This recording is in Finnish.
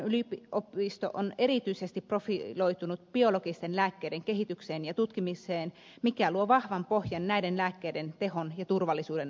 kuopion yliopisto on erityisesti profiloitunut biologisten lääkkeiden kehitykseen ja tutkimiseen mikä luo vahvan pohjan näiden lääkkeiden tehon ja turvallisuuden arviointiin